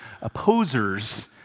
opposers